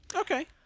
Okay